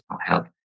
health